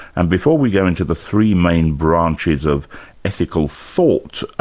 and before we go into the three main branches of ethical thought,